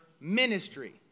ministry